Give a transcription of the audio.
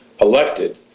elected